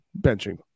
benching